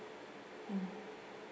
mm